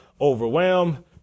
overwhelm